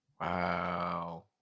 Wow